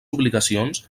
obligacions